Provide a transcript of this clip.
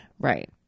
Right